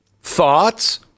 thoughts